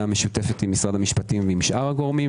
משותפת עם משרד המשפטים ועם שאר הגורמים,